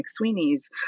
McSweeney's